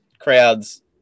Crowds